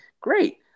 great